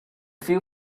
few